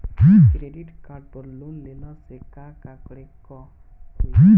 Credit card पर loan लेला से का का करे क होइ?